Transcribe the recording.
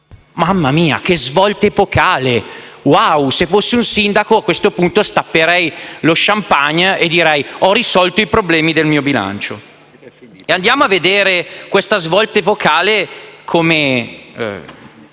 Mamma mia, che svolta epocale! Wow, se fossi un sindaco, a questo punto stapperei lo *champagne* e direi: «Ho risolto i problemi del mio bilancio!». Andiamo a vedere questa svolta epocale in